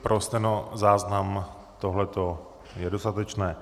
Pro stenozáznam tohleto je dostatečné.